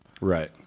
Right